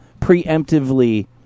preemptively